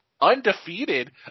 undefeated